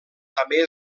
també